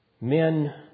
Men